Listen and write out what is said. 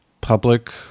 public